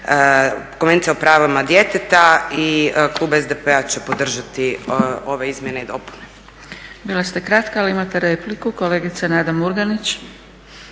Konvencija o pravima djeteta. Klub SDP-a će podržati ove izmjene i dopune. **Zgrebec, Dragica (SDP)** Bila ste kratka ali imate repliku, kolegica Nada Murganić.